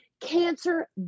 Cancer